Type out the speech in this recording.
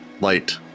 light